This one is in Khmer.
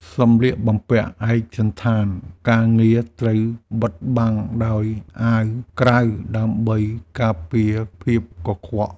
សម្លៀកបំពាក់ឯកសណ្ឋានការងារត្រូវបិទបាំងដោយអាវក្រៅដើម្បីការពារភាពកខ្វក់។